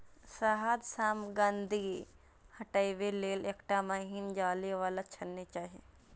शहद सं गंदगी हटाबै लेल एकटा महीन जाली बला छलनी चाही